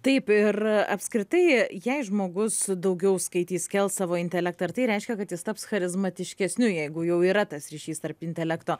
taip ir apskritai jei žmogus daugiau skaitys kels savo intelektą ar tai reiškia kad jis taps charizmatiškesniu jeigu jau yra tas ryšys tarp intelekto